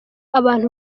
abantu